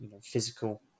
physical